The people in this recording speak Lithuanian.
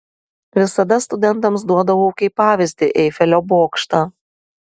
visada studentams duodavau kaip pavyzdį eifelio bokštą